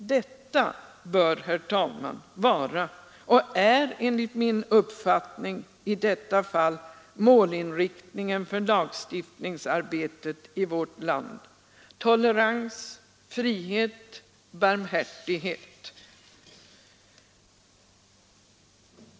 Detta bör, herr talman, vara och är enligt min uppfattning i detta fall målinriktningen för lagstiftningsarbetet i vårt land: tolerans, frihet, barmhärtighet.